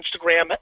instagram